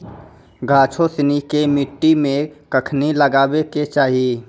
गाछो सिनी के मट्टी मे कखनी लगाबै के चाहि?